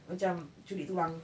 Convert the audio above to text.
macam curi tulang